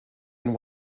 and